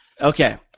Okay